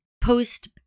Post